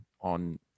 on